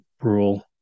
rural